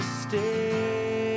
stay